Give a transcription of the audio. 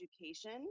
education